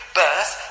birth